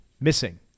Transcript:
Missing